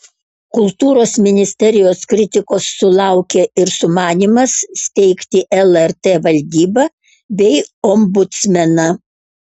kultūros ministerijos kritikos sulaukė ir sumanymas steigti lrt valdybą bei ombudsmeną